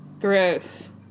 Gross